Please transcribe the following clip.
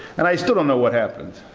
and i still don't know what happened,